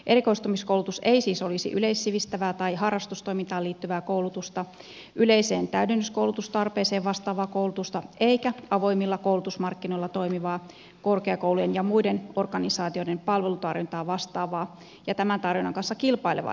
erikoistumiskoulutus ei siis olisi yleissivistävää tai harrastustoimintaan liittyvää koulutusta yleiseen täydennyskoulutustarpeeseen vastaavaa koulutusta eikä avoimilla koulutusmarkkinoilla toimivaa korkeakoulujen ja muiden organisaatioiden palvelutarjontaa vastaavaa ja tämän tarjonnan kanssa kilpailevaa täydennyskoulutusta